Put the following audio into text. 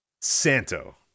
Santo